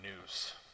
news